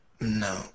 No